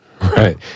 Right